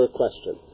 question